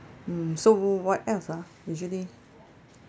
mm so what else ah usually